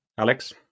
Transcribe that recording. alex